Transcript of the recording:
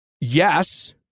yes